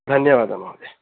धन्यवादः महोदय